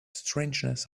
strangeness